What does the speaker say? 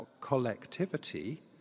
collectivity